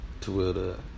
Twitter